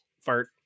Fart